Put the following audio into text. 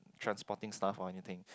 transporting stuff or anything